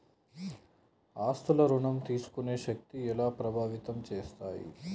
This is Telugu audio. ఆస్తుల ఋణం తీసుకునే శక్తి ఎలా ప్రభావితం చేస్తాయి?